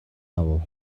авав